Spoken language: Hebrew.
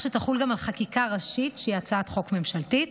שתחול גם על חקיקה ראשית שהיא הצעת חוק ממשלתית.